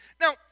Now